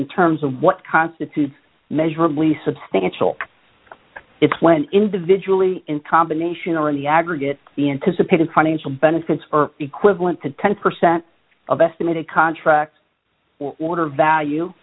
in terms of what constitutes measurably substantial it's when individually in combination or in the aggregate the anticipated financial benefits are equivalent to ten percent of estimated contract or value